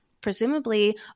Presumably